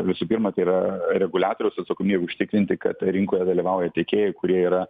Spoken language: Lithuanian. visų pirma tai yra reguliatoriaus atsakomybė užtikrinti kad rinkoje dalyvauja tiekėjai kurie yra